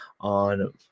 on